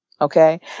Okay